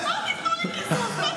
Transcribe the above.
אדוני היושב-ראש, כנסת